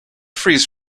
freeze